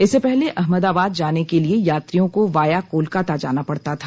इससे पहले अहमदाबाद जाने के लिए यात्रियों को वाया कोलकाता जाना पड़ता था